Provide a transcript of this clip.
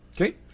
Okay